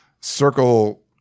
circle